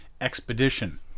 Expedition